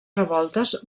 revoltes